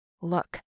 Look